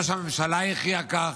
לא שהממשלה הכריעה כך,